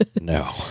no